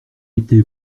était